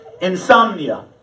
Insomnia